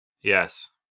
Yes